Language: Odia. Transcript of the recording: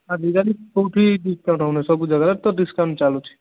ଆଜିକାଲି କେଉଁଠି ଡିସ୍କାଉଣ୍ଟ ହଉନି ସବୁ ଜାଗାରେ ତ ଡିସ୍କାଉଣ୍ଟ ଚାଲୁଛି